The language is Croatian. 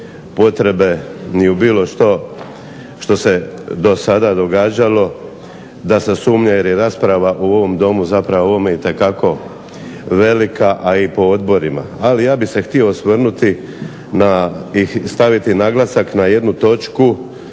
potrebe ni u bilo što se do sada događalo, da se sumnja jer je rasprava u ovome Domu zapravo velika a i po odborima. Ali ja bih se htio osvrnuti i staviti naglasak na jednu točku,